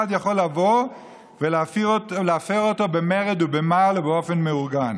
יכול לבוא ולהפר אותם במרד ובמעל באופן מאורגן.